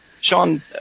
Sean